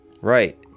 right